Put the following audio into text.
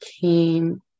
came